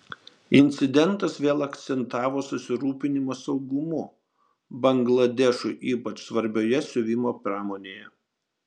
incidentas vėl akcentavo susirūpinimą saugumu bangladešui itin svarbioje siuvimo pramonėje